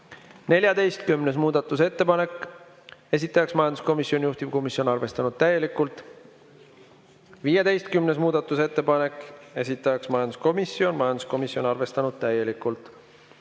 14. muudatusettepanek, esitaja majanduskomisjon, juhtivkomisjon arvestanud täielikult. 15. muudatusettepanek, esitaja majanduskomisjon, majanduskomisjon arvestanud täielikult.